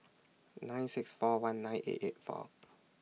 nine six four one nine eight eight four